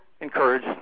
encourage